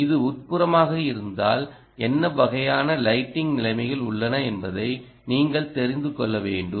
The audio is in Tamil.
இது உட்புறமாக இருந்தால் என்ன வகையான லைட்டிங் நிலைமைகள் உள்ளன என்பதை நீங்கள் தெரிந்து கொள்ள வேண்டும்